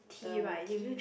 the tea